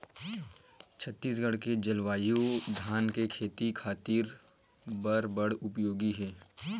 छत्तीसगढ़ के जलवायु धान के खेती खातिर बर बड़ उपयोगी हे